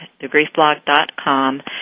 thegriefblog.com